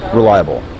reliable